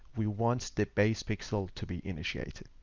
we want the base pixel to be initiated.